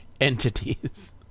entities